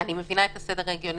אני מבינה את הסדר ההגיוני.